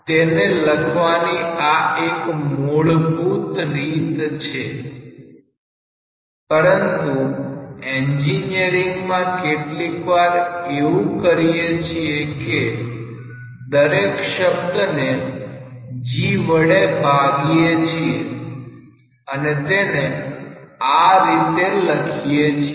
તેને લખવાની આ એક મૂળભૂત રીત છે પરંતુ એન્જિનિયરિંગમાં કેટલીકવાર એવું કરીએ છીએ કે દરેક શબ્દને g વડે ભાગીએ છીએ અને તેને આ રીતે લખીએ છીએ